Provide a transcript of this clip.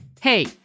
Hey